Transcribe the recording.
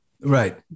right